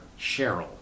Cheryl